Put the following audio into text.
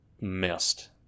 missed